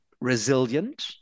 resilient